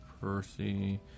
Percy